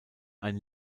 ein